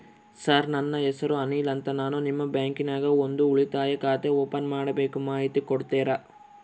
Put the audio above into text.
Sir ನನ್ನ ಹೆಸರು ಅನಿಲ್ ಅಂತ ನಾನು ನಿಮ್ಮ ಬ್ಯಾಂಕಿನ್ಯಾಗ ಒಂದು ಉಳಿತಾಯ ಖಾತೆ ಓಪನ್ ಮಾಡಬೇಕು ಮಾಹಿತಿ ಕೊಡ್ತೇರಾ?